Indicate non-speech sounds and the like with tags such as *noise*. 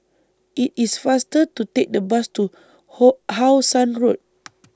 IT IS faster to Take The Bus to *unintelligible* How Sun Road *noise*